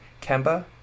Kemba